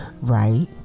Right